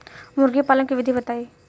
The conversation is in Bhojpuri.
मुर्गी पालन के विधि बताई?